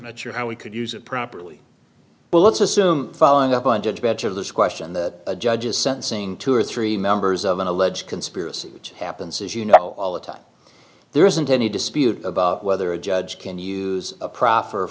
not sure how we could use it properly but let's assume following up on judge better of this question that a judge is sentencing two or three members of an alleged conspiracy which happens as you know all the time there isn't any dispute about whether a judge can use a pro